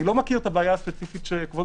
אני לא מכיר את הבעיה הספציפית שכבוד